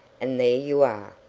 and there you are.